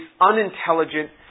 unintelligent